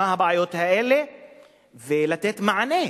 מה הבעיות האלה ולתת מענה,